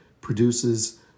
produces